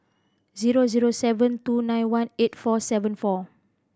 zero zero seven two nine one eight four seven four